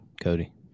Cody